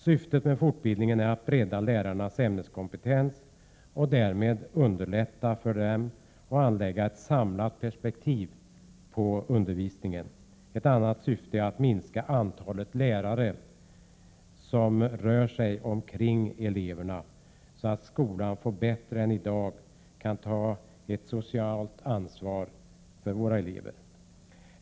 Syftet med fortbildningen är att bredda lärarnas ämneskompetens och därmed göra det lättare för dem att anlägga ett samlat perspektiv när det gäller undervisningen. Ett annat syfte är att minska antalet lärare kring eleverna, så att skolan bättre än som i dag är fallet kan ta ett socialt ansvar för eleverna. 4.